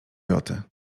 joty